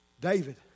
David